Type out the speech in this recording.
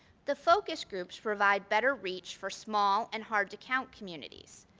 the focus groups provide better reach for small and hard to count communities.